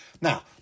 Now